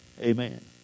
Amen